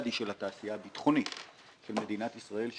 של התעשייה הביטחונית של מדינת ישראל.